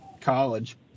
college